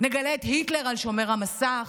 נגלה את היטלר על שומר המסך,